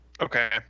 okay